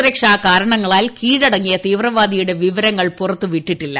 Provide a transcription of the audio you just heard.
സുരക്ഷാ കാരണങ്ങളാൽ കീഴടങ്ങിയ തീവ്രവാദിയുടെ വിവരങ്ങൾ പുറത്ത് വിട്ടിട്ടില്ല